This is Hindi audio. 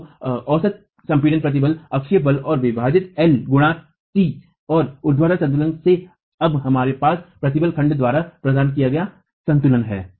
तो औसत संपीड़ित प्रतिबल अक्षीय बल है विभाजित lएल गुणा t और ऊर्ध्वाधर संतुलन से अब हमारे पास प्रतिबल खंड द्वारा प्रदान किया गया संतुलन है